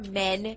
men